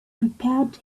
prepared